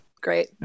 Great